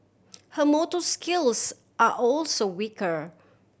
her motor skills are also weaker